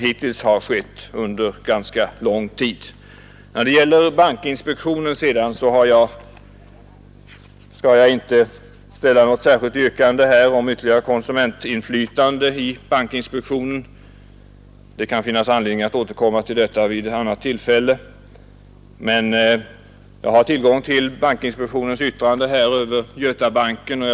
När det sedan gäller bankinspektionen skall jag inte ställa något särskilt yrkande om ytterligare konsumentinflytande. Det kan finnas anledning att återkomma till detta vid annat tillfälle. Jag har här tillgång till bankinspektionens yttrande över Götabanksfusionen.